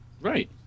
Right